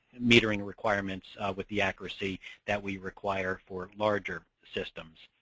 metering requirements with the accuracy that we require for larger systems.